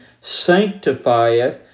sanctifieth